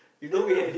yeah